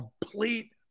complete